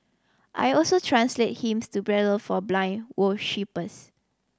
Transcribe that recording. I also translate hymns to Braille for blind worshippers